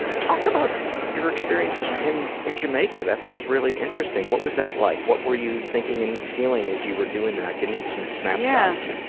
talk about your experience in in jamaica, that sounds really interesting. what was that like? what were you thinking and feeling as you were doing that? give me some snapshots.